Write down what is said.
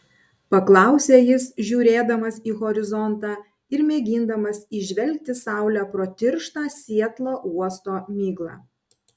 paklausė jis žiūrėdamas į horizontą ir mėgindamas įžvelgti saulę pro tirštą sietlo uosto miglą